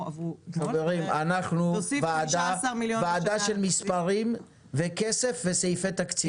אנחנו ועדה של מספרים וכסף וסעיפי תקציב.